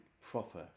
Proper